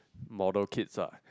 model kits ah